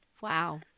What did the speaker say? Wow